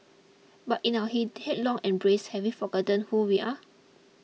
but in our hit headlong embrace have we forgotten who we are